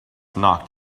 knocked